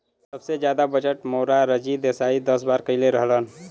सबसे जादा बजट मोरारजी देसाई दस बार कईले रहलन